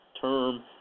term